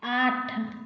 आठ